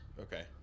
Okay